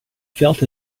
felt